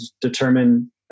determine